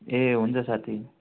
ए हुन्छ साथी